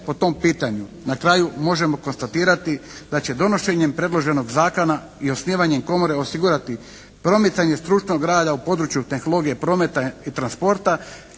Na kraju možemo konstatirati da će donošenjem predloženog zakona i osnivanjem komore osigurati promicanje stručnog rada u području tehnologije prometa i transporta